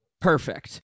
perfect